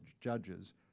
judges